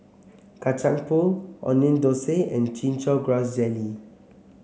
Kacang Pool Onion Thosai and Chin Chow Grass Jelly